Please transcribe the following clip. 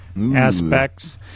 aspects